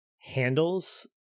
handles